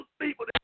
people